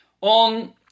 On